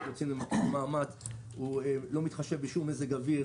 זה כלי שלא מתחשב בשום מזג אוויר,